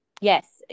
Yes